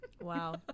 Wow